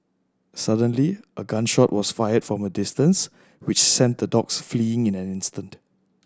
suddenly a gun shot was fired from a distance which sent the dogs fleeing in an instant